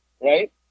Right